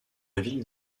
ville